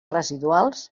residuals